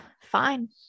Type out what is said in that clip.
fine